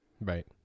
Right